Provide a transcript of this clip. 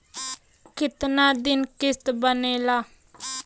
कितना दिन किस्त बनेला?